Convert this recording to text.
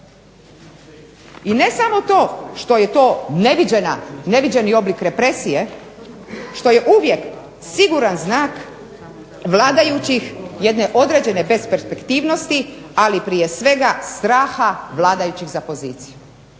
I ne samo to što je to neviđeni oblik represija, što je uvijek siguran znak vladajućih, jedne određene besperspektivnosti, ali prije svega straha vladajućih za poziciju.